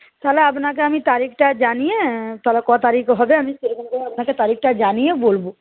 তাহলে আপনাকে আমি তারিখটা জানিয়ে তাহলে ক তারিখ হবে আমি সেরকমভাবে আমি তারিখটা জানিয়ে বলবো